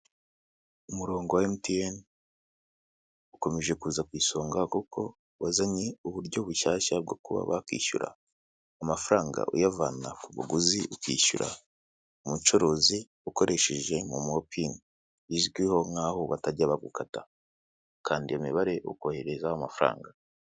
Umurongo wa MTN ukomeje kuza ku isonga kuko wazanye uburyo bushyashya bwo kuba wakwishyura amafaranga uyavana ku muguzi, ukishyura umucuruzi ukoresheje momo pini, izwiho nkaho batajya bagukata. Ukanda iyo mibare ukoherezaho amafaranga.